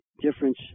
difference